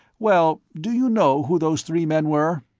well, do you know who those three men were?